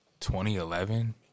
2011